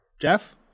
Jeff